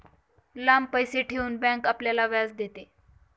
लांब पैसे ठेवून बँक आपल्याला व्याज देते